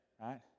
right